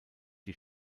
die